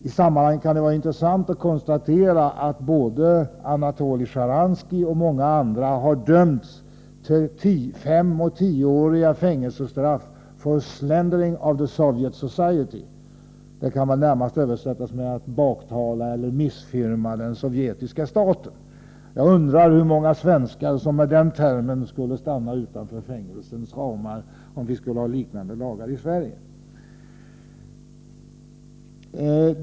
I sammanhanget kan det vara intressant att konstatera att både Anatolij Sjtjaranskij och många andra har dömts till femoch tioåriga fängelsestraff för ”slandering of the Soviet society” — det kan väl närmast översättas med att baktala eller missfirma den sovjetiska staten. Jag undrar hur många svenskar som skulle stanna utanför fängelserna om vi skulle ha liknande lagar i Sverige.